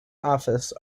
office